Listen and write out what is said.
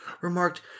remarked